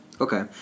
Okay